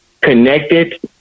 connected